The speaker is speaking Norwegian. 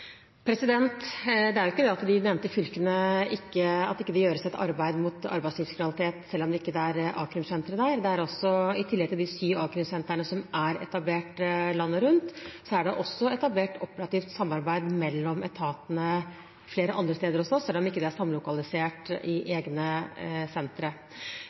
a-krimsenter? Det er jo ikke slik at det ikke gjøres et arbeid mot arbeidslivskriminalitet i de nevnte fylkene selv om det ikke er a-krimsentre der. I tillegg til de syv a-krimsentrene som er etablert landet rundt, er det etablert operativt samarbeid mellom etatene flere andre steder, selv om det ikke er samlokalisert i egne sentre.